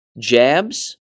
jabs